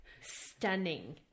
stunning